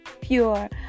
pure